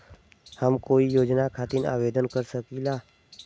हम कोई योजना खातिर आवेदन कर सकीला?